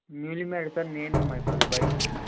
newly married sir నేను మా వై మా వైఫ్ ఉంటాము